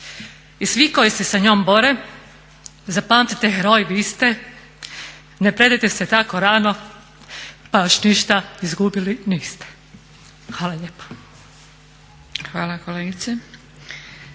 I svi koji se sa njom bore zapamtite heroji vi ste ne predajte se tako rano pa još ništa izgubili niste." Hvala lijepa. **Zgrebec,